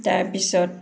তাৰপিছত